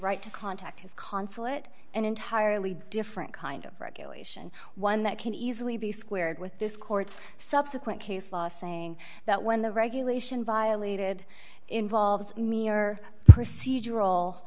right to contact his consulate an entirely different kind of regulation one that can easily be squared with this court's subsequent case law saying that when the regulation violated involves me or procedural